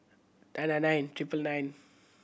nine nine nine triple nine